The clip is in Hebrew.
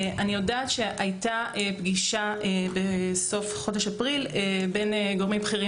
אני יודעת שהייתה פגישה בסוף חודש אפריל בין גורמים בכירים